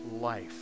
life